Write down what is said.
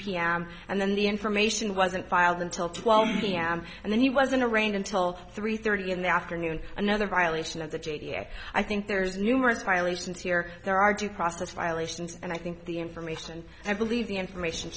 pm and then the information wasn't filed until twelve pm and then he was in a rain until three thirty in the afternoon another violation of the yes i think there's numerous violations here there are due process violations and i think the information i believe the information